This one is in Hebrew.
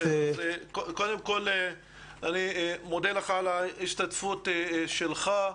קודם כל, אני מודה לך על ההשתתפות שלך.